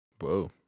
Whoa